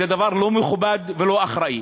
זה דבר לא מכובד ולא אחראי.